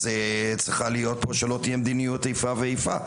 אז צריך שלא תהיה פה מדיניות של איפה ואיפה.